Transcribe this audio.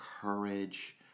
courage